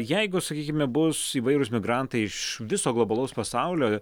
jeigu sakykime bus įvairūs migrantai iš viso globalaus pasaulio